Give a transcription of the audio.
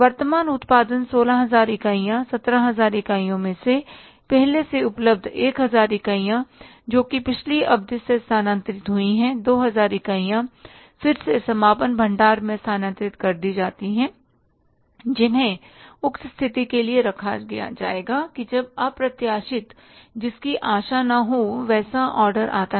वर्तमान उत्पादन 16000 इकाइयाँ 17000 इकाइयों में से पहले से उपलब्ध 1000 इकाइयाँ जो कि पिछली अवधि से हस्तांतरित हुई है 2000 इकाइयाँ फिर से समापन भंडार में स्थानांतरित कर दी जाती हैं जिन्हें उक्त स्थिति के लिए रखा जाएगा कि जब अप्रत्याशित जिस की आशा ना हो वैसा ऑर्डर आता है